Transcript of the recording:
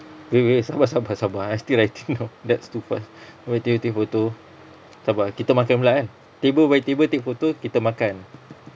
wait wait sabar sabar sabar eh I'm still writing no that's too fast table by table take photo sabar kita makan pula kan table by table take photo kita makan